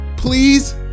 please